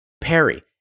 perry